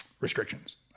restrictions